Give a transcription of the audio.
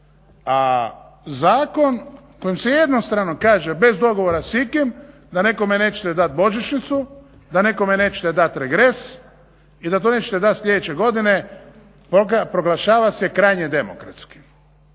a zakon kojim se jednostrano kaže bez dogovora s ikim da nekome nećete dat božićnicu, da nekome nećete dat regres i da to nećete dat sljedeće godine proglašava se krajnje demokratskim.